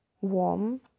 warm